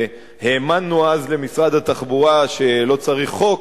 והאמנו אז למשרד התחבורה שלא צריך חוק,